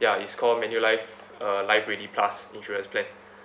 ya it's called manulife uh life ready plus insurance plan